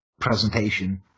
presentation